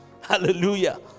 hallelujah